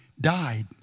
died